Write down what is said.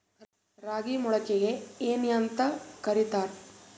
ರಾಗಿ ಮೊಳಕೆಗೆ ಏನ್ಯಾಂತ ಕರಿತಾರ?